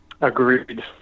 Agreed